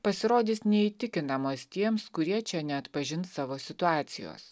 pasirodys neįtikinamos tiems kurie čia neatpažins savo situacijos